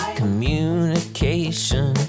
communication